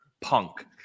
Punk